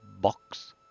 box